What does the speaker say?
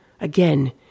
Again